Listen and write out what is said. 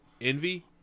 Envy